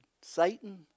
Satan